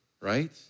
right